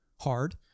hard